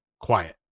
quiet